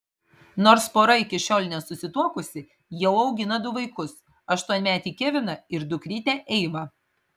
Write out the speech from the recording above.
nors pora iki šiol nesusituokusi jau augina du vaikus aštuonmetį keviną ir dukrytę eivą